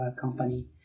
company